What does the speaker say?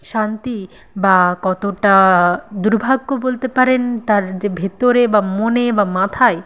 শান্তি বা কতটা দুর্ভাগ্য বলতে পারেন তার যে ভিতরে বা মনে বা মাথায়